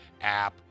App